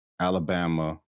Alabama